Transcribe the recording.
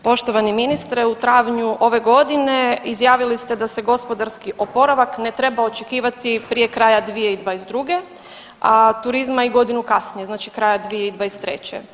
Poštovani ministre, u travnju ove godine izjavili ste da se gospodarski oporavak ne treba očekivati prije kraja 2022., a turizma i godinu kasnije, znači kraja 2023.